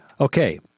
Okay